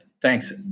thanks